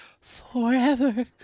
forever